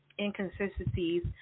inconsistencies